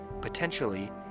potentially